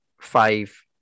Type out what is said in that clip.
five